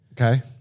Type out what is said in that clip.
Okay